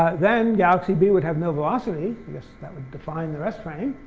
then galaxy b would have no velocity, because that would defined the rest frame.